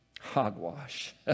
Hogwash